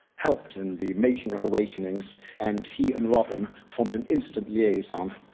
helped in the making of awakenings, and he and robin formed an instant liaison.